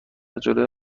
جلوی